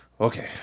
Okay